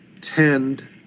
tend